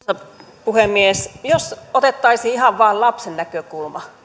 arvoisa puhemies jos otettaisiin ihan vain lapsen näkökulma